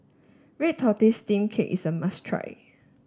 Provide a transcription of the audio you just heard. Red Tortoise Steamed Cake is a must try